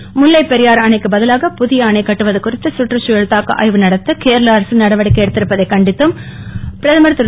எடப்பாடி முல்லைப் பெரியாறு அணைக்கு பதிலாக புதிய அணை கட்டுவது குறித்து கற்றுச்சூழல் தாக்க ஆய்வு நடத்த கேரள அரசு நடவடிக்கை எடுத்திருப்பதை கண்டித்தும் பிரதமர் திரு